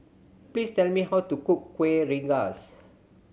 please tell me how to cook Kueh Rengas